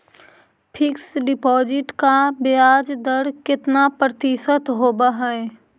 Fix deposit का ब्याज दर कितना प्रतिशत होब है?